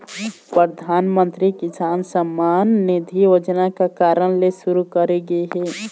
परधानमंतरी किसान सम्मान निधि योजना का कारन ले सुरू करे गे हे?